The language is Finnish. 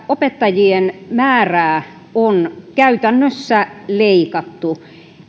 opettajien määrää on käytännössä leikattu